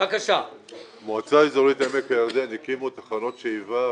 נפגוש את התקצוב של החופים האלה שוב ב-2019 בגלל שתקציב 2019 כבר